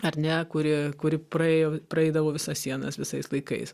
ar ne kuri kuri praėjo praeidavo visas sienas visais laikais